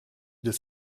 des